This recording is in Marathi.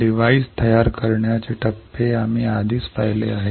डिव्हाइस तयार करण्यासाठी कोणत्या पायऱ्या आहेत हे आम्ही आधीच पाहिले आहे